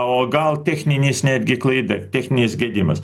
o gal techninis netgi klaida techninis gedimas